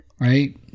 right